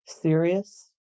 serious